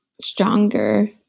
stronger